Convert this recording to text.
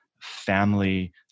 family